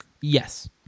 yes